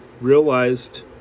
realized